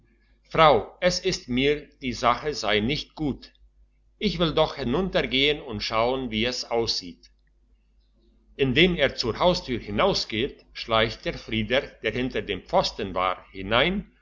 frau es ist mir die sache sei nicht gut ich will doch hinuntergehen und schauen wie es aussieht indem er zur haustür hinausgeht schleicht der frieder der hinter dem pfosten war hinein